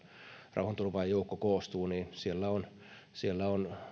rauhanturvaajan joukko koostuu ja siellä on